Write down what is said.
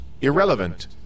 irrelevant